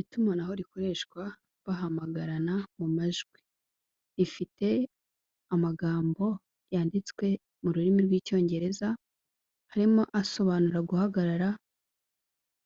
Itumanaho rikoreshwa bahamagarana mu majwi, ifite amagambo yanditswe mu rurimi rw'icyongereza, harimo asobanura guhagarara,